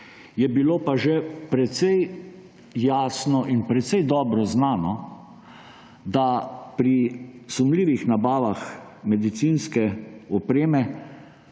je bilo pa že precej jasno in precej dobro znano, da pri sumljivih nabavah medicinske opreme